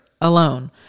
alone